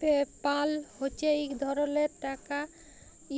PayPal হছে ইক ধরলের টাকা